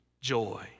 joy